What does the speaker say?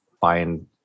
find